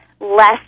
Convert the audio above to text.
less